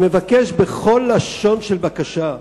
אני מבקש בכל לשון של בקשה,